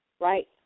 right